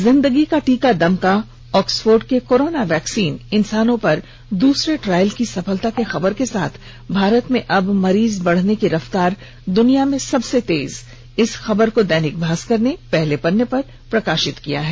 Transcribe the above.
जिन्दगी का टीका दमका ऑक्सफोर्ड के कोरोना वैक्सिन इन्सानों पर दूसरे ट्रायल की सफलता की खबर के साथ भारत में अब मरीज बढ़ने की रफ्तार दुनिया में सबसे तेज की खबर को दैनिक भास्कर ने पहले पन्ने पर प्रकाशित किया है